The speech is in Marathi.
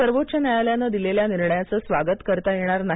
सर्वोच्च न्यायालयानं दिलेल्या निर्णयाचे स्वागत करता येणार नाही